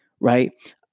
right